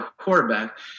quarterback